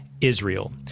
Israel